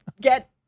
get